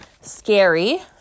scary